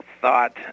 thought